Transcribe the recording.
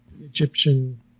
Egyptian